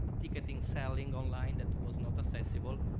ticketing selling online that was not accessible,